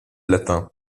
latin